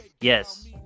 Yes